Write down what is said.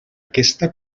aquesta